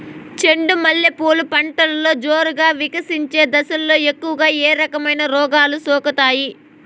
చెండు మల్లె పూలు పంటలో జోరుగా వికసించే దశలో ఎక్కువగా ఏ రకమైన రోగాలు సోకుతాయి?